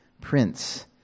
Prince